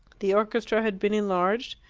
the orchestra had been enlarged,